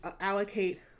allocate